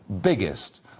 biggest